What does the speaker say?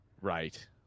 right